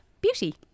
beauty